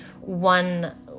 one